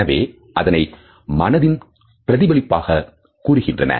எனவே அதனை மனதின் பிரதிபலிப்பாக கூறுகின்றனர்